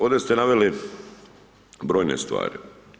Ovdje ste naveli brojne stvari.